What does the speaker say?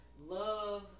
love